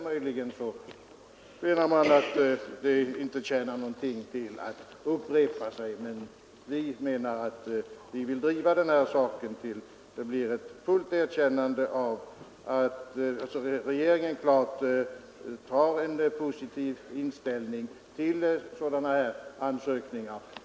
Möjligen menar man att det inte tjänar någonting till att upprepa sig, men vi vill driva den här saken tills regeringen tar en klart positiv ställning till ansökningarna.